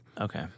Okay